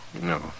No